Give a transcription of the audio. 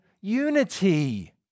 unity